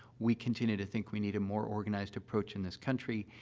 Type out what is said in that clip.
we continue to think we need a more organized approach in this country,